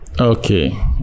Okay